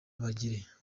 bagire